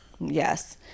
Yes